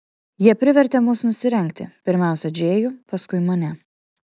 jie privertė mus nusirengti pirmiausia džėjų paskui mane